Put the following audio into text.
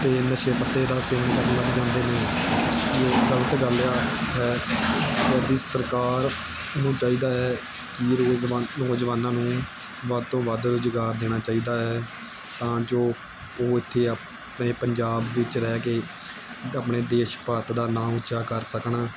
ਅਤੇ ਨਸ਼ੇ ਪੱਤੇ ਦਾ ਸੇਵਨ ਕਰਨ ਲੱਗ ਜਾਂਦੇ ਨੇ ਜੋ ਕਿ ਗਲਤ ਗੱਲ ਆ ਹੈ ਸਾਡੀ ਸਰਕਾਰ ਨੂੰ ਚਾਹੀਦਾ ਹੈ ਕਿ ਨੌਜਵਾਨ ਨੌਜਵਾਨਾਂ ਨੂੰ ਵੱਧ ਤੋਂ ਵੱਧ ਰੁਜ਼ਗਾਰ ਦੇਣਾ ਚਾਹੀਦਾ ਹੈ ਤਾਂ ਜੋ ਉਹ ਇੱਥੇ ਆਪਣੇ ਪੰਜਾਬ ਦੇ ਵਿੱਚ ਰਹਿ ਕੇ ਆਪਣੇ ਦੇਸ਼ ਭਾਰਤ ਦਾ ਨਾਮ ਉੱਚਾ ਕਰ ਸਕਣ